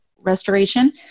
restoration